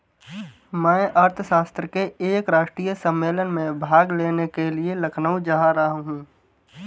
मैं अर्थशास्त्र के एक राष्ट्रीय सम्मेलन में भाग लेने के लिए लखनऊ जा रहा हूँ